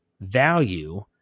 value